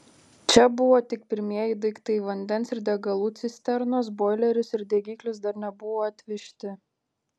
čia buvo tik pirmieji daiktai vandens ir degalų cisternos boileris ir degiklis dar nebuvo atvežti